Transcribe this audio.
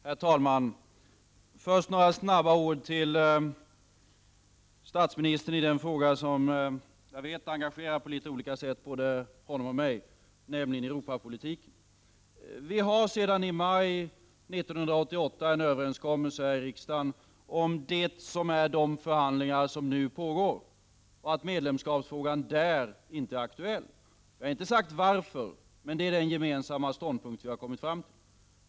Herr talman! Först några snabba ord till statsministern i den fråga som jag vet engagerar både honom och mig, på litet olika sätt, nämligen Europapolitiken. Sedan i maj 1988 har vi en överenskommelse här i riksdagen om de förhandlingar som nu pågår och om att medlemskapsfrågan i det sammanhanget inte är aktuell. Vi har inte sagt varför, men det är den gemensamma ståndpunkt vi har kommit fram till.